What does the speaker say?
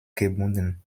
gebunden